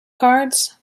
cards